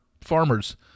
farmers